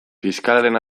fiskalaren